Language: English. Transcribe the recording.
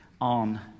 on